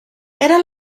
era